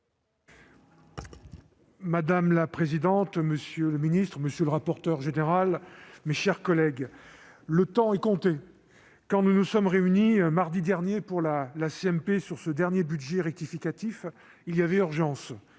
Madame la présidente, monsieur le ministre, mes chers collègues, le temps est compté. Quand nous nous sommes réunis mardi dernier pour la CMP sur ce dernier budget rectificatif, il y avait urgence-